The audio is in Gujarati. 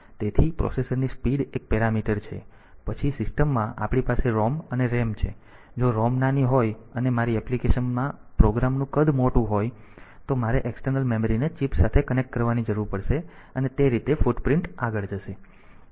તેથી પ્રોસેસરની સ્પીડ એક પેરામીટર છે પછી સિસ્ટમમાં આપણી પાસે ROM અને RAM છે અને જો ROM નાની હોય અને મારી એપ્લીકેશનમાં પ્રોગ્રામનું કદ મોટું હોય તો મારે એક્સટર્નલ મેમરીને ચિપ સાથે કનેક્ટ કરવાની જરૂર પડશે અને તે રીતે ફૂટપ્રિન્ટ આગળ જશે